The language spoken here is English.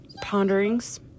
ponderings